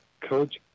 coach